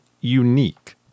unique